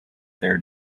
their